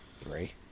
Three